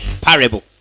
parable